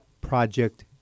project